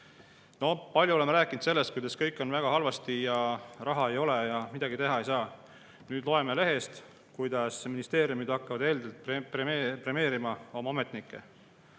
Palju oleme rääkinud sellest, kuidas kõik on väga halvasti, raha ei ole ja midagi teha ei saa. Nüüd loeme lehest, kuidas ministeeriumid hakkavad heldelt premeerima oma ametnikke.